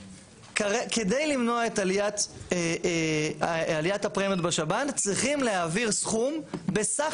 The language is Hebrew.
כדי למנוע את עליית הפרמיות בשב"ן צריכים להעביר סכום בסך